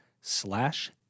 slash